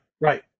right